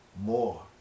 more